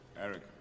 Eric